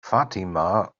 fatima